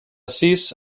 sis